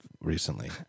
recently